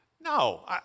no